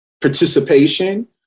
participation